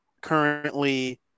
currently